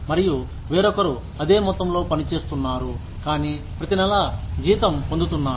మరియు వేరొకరు అదే మొత్తంలో పని చేస్తున్నారు కానీ ప్రతి నెల జీతం పొందుతున్నారు